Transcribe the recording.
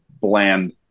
bland